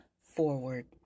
forward